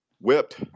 whipped